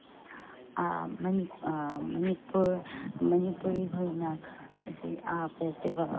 ꯃꯅꯤꯄꯨꯔ ꯃꯅꯤꯄꯨꯔꯤ ꯈꯣꯏꯅ ꯑꯁꯤ ꯐꯦꯁꯇꯤꯚꯦꯜ